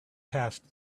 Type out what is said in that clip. passed